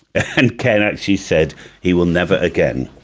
and ken ah he said he will never again